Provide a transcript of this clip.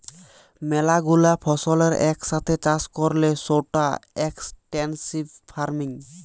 ম্যালা গুলা ফসলের এক সাথে চাষ করলে সৌটা এক্সটেন্সিভ ফার্মিং